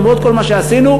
למרות כל מה שעשינו,